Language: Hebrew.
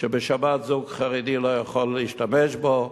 שבגלל השבת זוג חרדי לא יכול להשתמש בהם,